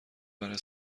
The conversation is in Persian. برای